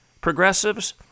progressives